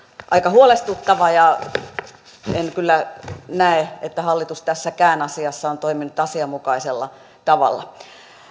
aika huolestuttava en kyllä näe että hallitus tässäkään asiassa on toiminut asianmukaisella tavalla